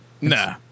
Nah